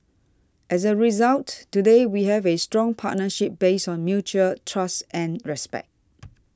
as a result today we have a strong partnership based on mutual trust and respect